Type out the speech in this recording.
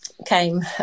came